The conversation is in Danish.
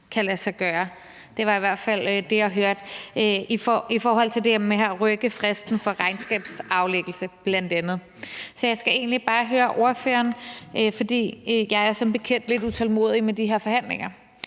kan lade sig gøre – det var i hvert fald det, jeg hørte i forhold til det her med at rykke fristen for regnskabsaflæggelse bl.a. Jeg er som bekendt lidt utålmodig med de her forhandlinger,